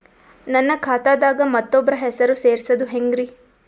ನನ್ನ ಖಾತಾ ದಾಗ ಮತ್ತೋಬ್ರ ಹೆಸರು ಸೆರಸದು ಹೆಂಗ್ರಿ?